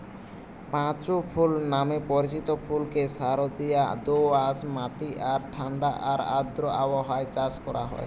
পাঁচু ফুল নামে পরিচিত ফুলকে সারদিয়া দোআঁশ মাটি আর ঠাণ্ডা আর আর্দ্র আবহাওয়ায় চাষ করা হয়